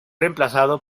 reemplazado